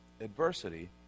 adversity